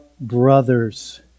brothers